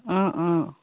অঁ অঁ